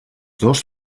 dos